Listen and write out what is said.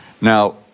Now